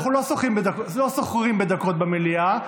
אנחנו לא סוחרים בדקות במליאה.